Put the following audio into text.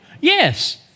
Yes